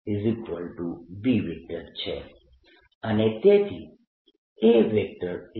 AB છે અને તેથી AB